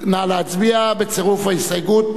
נא להצביע, בצירוף ההסתייגות.